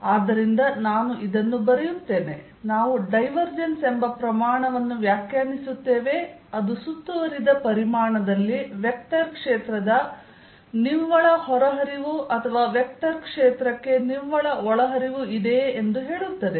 ಆದ್ದರಿಂದ ನಾನು ಇದನ್ನು ಬರೆಯುತ್ತೇನೆ ನಾವು ಡೈವರ್ಜೆನ್ಸ್ ಎಂಬ ಪ್ರಮಾಣವನ್ನು ವ್ಯಾಖ್ಯಾನಿಸುತ್ತೇವೆ ಅದು ಸುತ್ತುವರಿದ ಪರಿಮಾಣದಲ್ಲಿ ವೆಕ್ಟರ್ ಕ್ಷೇತ್ರದ ನಿವ್ವಳ ಹೊರಹರಿವು ಅಥವಾ ವೆಕ್ಟರ್ ಕ್ಷೇತ್ರಕ್ಕೆ ನಿವ್ವಳ ಒಳಹರಿವು ಇದೆಯೇ ಎಂದು ಹೇಳುತ್ತದೆ